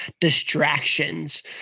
distractions